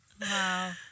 Wow